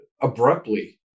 abruptly